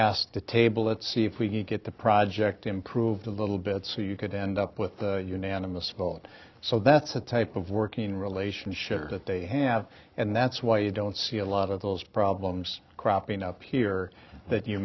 asked the table let's see if we can get the project improved a little bit so you could end up with the unanimous vote so that's the type of working relationship that they have and that's why you don't see a lot of those problems cropping up here that you